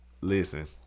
listen